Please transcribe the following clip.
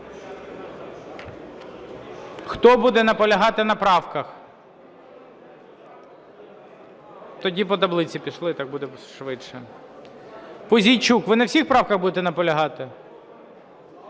Хто буде наполягати на правках? Тоді по таблиці пішли, так буде швидше. Пузійчук, ви на всіх правках будете наполягати?